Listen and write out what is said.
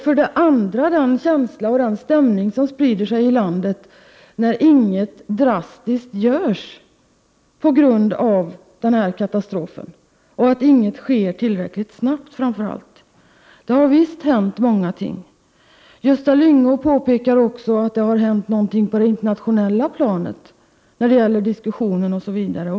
För det andra sprider sig en känsla och en stämning i landet, när ingenting drastiskt görs på grund av den här katastrofen. Framför allt vidtar man inte åtgärder tillräckligt snabbt. Gösta Lyngå påpekade också att det har hänt något på det internationella planet när det gäller diskussioner osv.